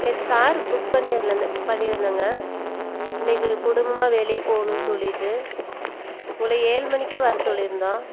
நேற்று காருக்கு புக் பண்ணிருல புக் பண்ணியிருந்தேங்க இன்றைக்கு குடும்பமாக வெளியில் போகணுன்னு சொல்லிவிட்டு உங்களை ஏழு மணிக்கே வர சொல்லியிருந்தோம்